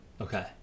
Okay